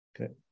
Okay